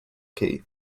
key